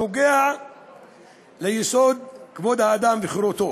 נוגע ליסוד כבוד האדם וחירותו